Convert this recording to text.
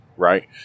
Right